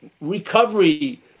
recovery